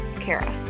Kara